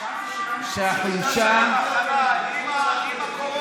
לך שהחבר'ה העלו יהודים מאתיופיה,